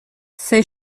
ces